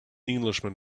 englishman